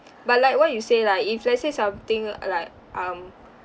but like what you say lah if let's say something like um